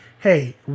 hey